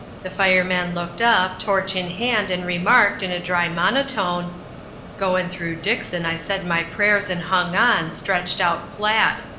the fireman looked up, torch in hand, and remarked, in a dry monotone goin' through dixon i said my prayers and hung on, stretched out flat.